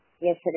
Yes